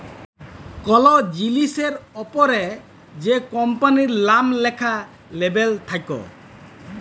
call জিলিসের অপরে যে কম্পালির লাম ল্যাখা লেবেল থাক্যে